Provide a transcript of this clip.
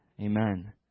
Amen